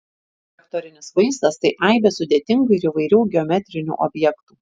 vektorinis vaizdas tai aibė sudėtingų ir įvairių geometrinių objektų